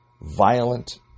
violent